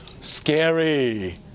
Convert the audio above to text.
Scary